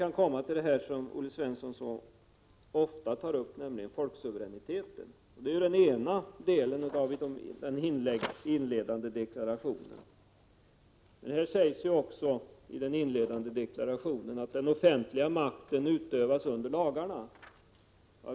Man kan också nämna något som Olle Svensson ofta tar upp, nämligen folksuveräniteten. Denna utgör den ena delen av den inledande deklarationen. I den inledande deklarationen står det ju också att den offentliga makten utövas under lagarna.